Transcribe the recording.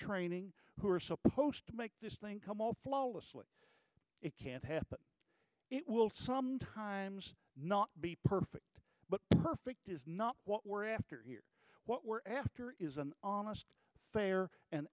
training who are supposed to make this thing come all flawlessly it can't happen it will sometimes not be perfect but perfect is not what we're after here what we're after is an honest fair and